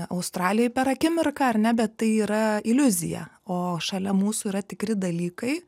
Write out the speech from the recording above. australijoj per akimirką ar ne bet tai yra iliuzija o šalia mūsų yra tikri dalykai